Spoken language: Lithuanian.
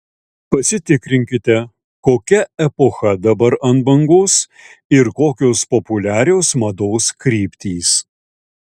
pasitikrinkite kokia epocha dabar ant bangos ir kokios populiarios mados kryptys